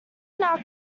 now